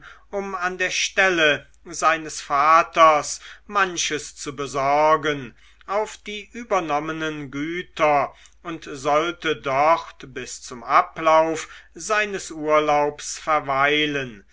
um an der stelle seines vaters manches zu besorgen auf die übernommenen güter und sollte dort bis zum ablauf seines urlaubs verweilen